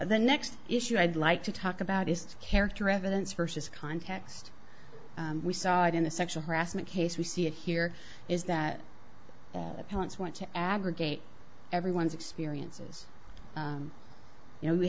the next issue i'd like to talk about is to character evidence versus context we saw it in the sexual harassment case we see it here is that the parents want to aggregate everyone's experiences you know we